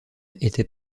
étaient